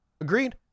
agreed